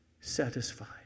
satisfied